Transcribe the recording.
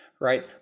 Right